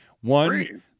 One